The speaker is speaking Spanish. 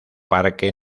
parque